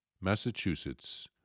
Massachusetts